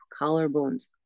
Collarbones